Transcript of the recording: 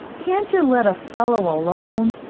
can't you let a fellow alone?